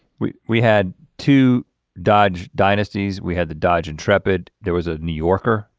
we we had to dodge dynastys, we had the dodge intrepid, there was a new yorker.